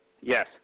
Yes